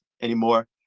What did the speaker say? anymore